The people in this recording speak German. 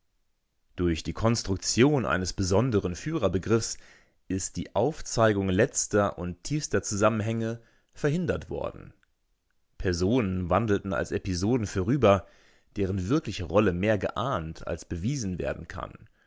durch die konstruktion eines besonderen führerbegriffs ist die aufzeigung letzter und tiefster zusammenhänge verhindert worden personen wandelten als episoden vorüber deren wirkliche rolle mehr geahnt als bewiesen werden kann